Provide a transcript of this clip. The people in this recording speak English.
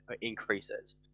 increases